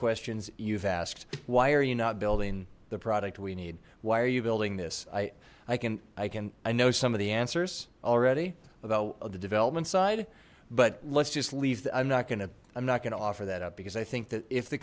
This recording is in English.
questions you've asked why are you not building the product we need why are you building this i i can i can i know some of the answers already about the development side but let's just leave that i'm not gonna i'm not gonna offer that up because i think that if the